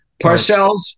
Parcells